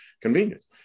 convenience